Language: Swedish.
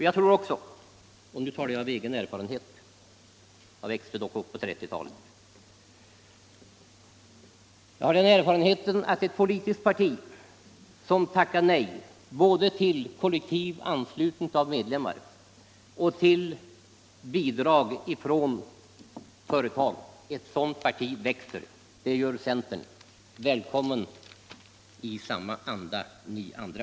Jag tror också — nu talar jag av egen erfarenhet; jag växte dock upp på 1930-talet — att ett politiskt parti som tackar nej både till kollektivanslutning av medlemmar och till bidrag från företag, ett sådant parti växer. Det gör centern. Välkomna att arbeta i samma anda, ni andra!